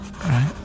Right